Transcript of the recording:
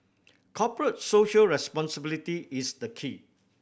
Corporate Social Responsibility is the key